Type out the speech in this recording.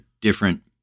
different